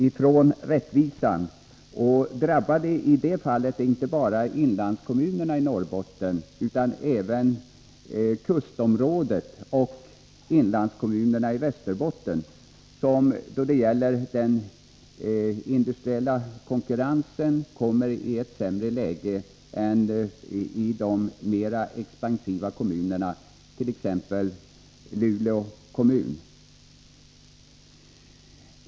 I det fallet drabbas inte bara inlandskommunerna i Norrbotten, utan även kustområdet och inlandskommunerna i Västerbotten, som när det gäller den industriella konkurrensen får ett sämre läge än de mera expansiva kommunerna i Norrbotten, t.ex. Luleå kommun.